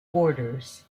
borders